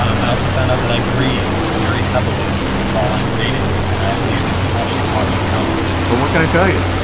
um i also found out that i breathe very heavily while i'm reading. and i have music in while she's watching television but what can i tell you?